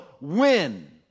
win